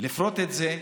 לפרוט את זה,